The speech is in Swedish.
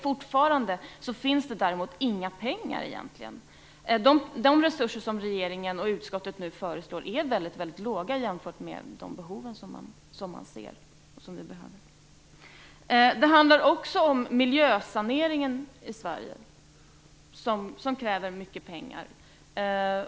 Fortfarande finns det däremot inga pengar. De resurser som regeringen och utskottet nu föreslår är mycket små jämfört med de behov som man ser. Det handlar också om miljösaneringen i Sverige, som kräver mycket pengar.